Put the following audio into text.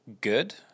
good